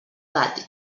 edat